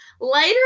Later